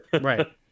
Right